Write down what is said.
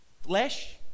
flesh